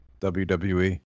wwe